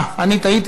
אני טעיתי.